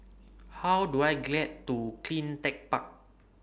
How Do I get to CleanTech Park